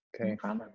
Okay